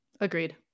Agreed